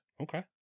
Okay